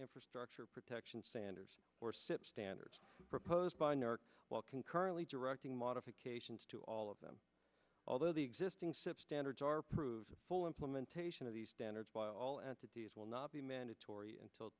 infrastructure protection sanders or sipp standards proposed by new york while concurrently directing modifications to all of them although the existing sip standards are approved full implementation of these standards by all entities will not be mandatory until